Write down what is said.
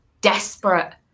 desperate